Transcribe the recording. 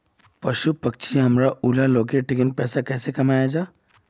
पशु पक्षी हमरा ऊला लोकेर ठिकिन पैसा कुंसम कमाया जा?